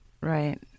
right